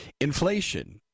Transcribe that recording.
Inflation